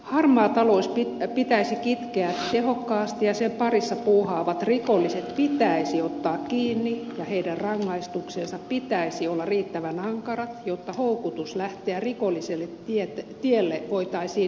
harmaa talous pitäisi kitkeä tehokkaasti ja sen parissa puuhaavat rikolliset ottaa kiinni ja heidän rangaistuksensa pitäisi olla riittävän ankara jotta houkutus lähteä rikolliselle tielle voitaisiin hillitä